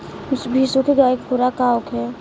बिसुखी गाय के खुराक का होखे?